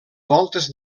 voltes